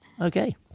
Okay